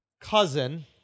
cousin